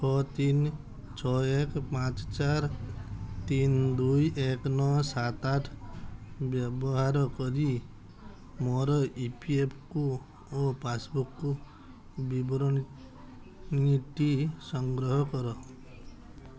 ଛଅ ତିନି ଛଅ ଏକ ପାଞ୍ଚ ଚାରି ତିନି ଦୁଇ ଏକ ନଅ ସାତ ଆଠ ବ୍ୟବହାର କରି ମୋର E P F O passbook ବିବରଣୀଟି ନିତି ସଂଗ୍ରହ କର